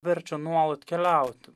verčia nuolat keliauti